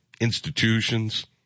institutions